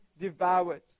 devoured